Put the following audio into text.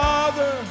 Father